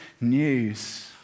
news